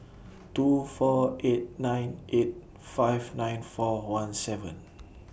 two four eight nine eight five nine four one seven